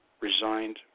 resigned